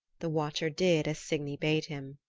the watcher did as signy bade him.